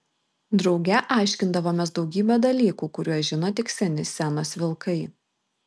drauge aiškindavomės daugybę dalykų kuriuos žino tik seni scenos vilkai